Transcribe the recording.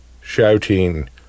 shouting